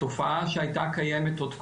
תופעה שהייתה קיימת עוד קודם,